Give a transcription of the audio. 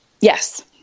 Yes